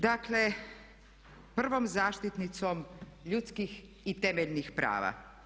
Dakle, prvom zaštitnicom ljudskih i temeljnih prava.